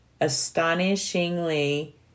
Astonishingly